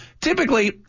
typically